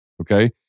Okay